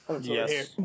Yes